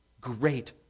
great